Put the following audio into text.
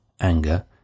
anger